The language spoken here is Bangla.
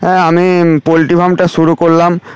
হ্যাঁ আমি পোলট্রি ফার্মটা শুরু করলাম